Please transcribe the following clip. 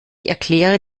erkläre